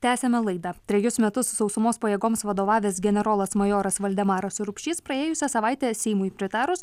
tęsiame laidą trejus metus sausumos pajėgoms vadovavęs generolas majoras valdemaras rupšys praėjusią savaitę seimui pritarus